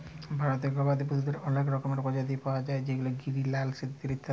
ভারতে গবাদি পশুদের অলেক রকমের প্রজাতি পায়া যায় যেমল গিরি, লাল সিন্ধি ইত্যাদি